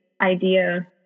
idea